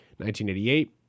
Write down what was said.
1988